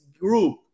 group